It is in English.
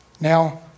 Now